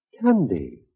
Candy